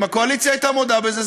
ואם הקואליציה הייתה מודה בזה,